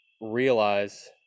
realize